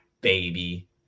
baby